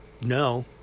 no